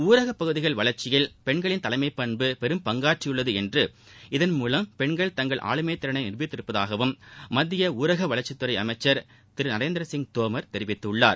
ஊரக பகுதிகள் வளர்ச்சியில் பெண்களின் தலைமை பண்பு பெரும் பங்காற்றியுள்ளது என்றும் இதன் மூவம் பெண்கள் தங்கள் ஆளுமை திறனை நிருபித்துள்ளதாகவும் மத்திய ஊரக வளர்ச்சித்துறை அமைச்சர் திரு நரேந்திர சிங் தோமர் கூறியுள்ளார்